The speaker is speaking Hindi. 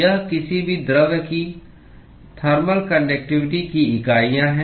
यह किसी भी द्रव्य की थर्मल कान्डक्टिवटी की इकाइयाँ हैं